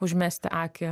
užmesti akį